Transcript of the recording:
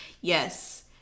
Yes